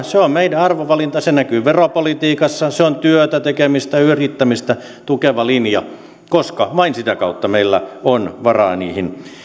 se on meidän arvovalintamme se näkyy veropolitiikassa se on työtä tekemistä yrittämistä tukeva linja koska vain sitä kautta meillä on varaa niihin